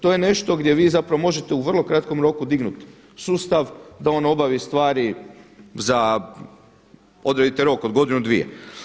To je nešto gdje vi zapravo možete u vrlo kratkom roku dignuti sustav da on obavi stvari za, odredite rok od godinu, dvije.